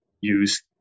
use